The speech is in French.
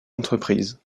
entreprises